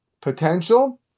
potential